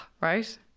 right